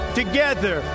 together